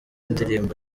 indirimbo